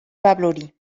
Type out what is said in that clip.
pablori